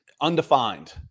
Undefined